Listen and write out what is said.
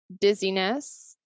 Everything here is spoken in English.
dizziness